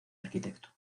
arquitecto